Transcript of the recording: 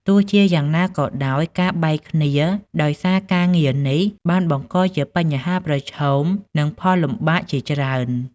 ទោះជាយ៉ាងណាក៏ដោយ ការបែកគ្នាដោយសារការងារនេះ បានបង្កជាបញ្ហាប្រឈម និងផលលំបាកជាច្រើន។